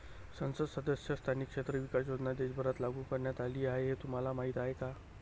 संसद सदस्य स्थानिक क्षेत्र विकास योजना देशभरात लागू करण्यात आली हे तुम्हाला माहीत आहे का?